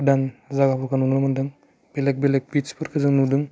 गोदान जागाफोरखौ नुनो मोनदों बेलेक बेलेक बीजफोरखौ जों नुदों